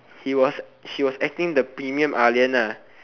he was she was acting the premium ah lian ah